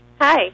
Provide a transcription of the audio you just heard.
Hi